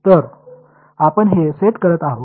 तर आपण हे सेट करत आहोत